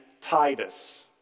Titus